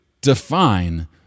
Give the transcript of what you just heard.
define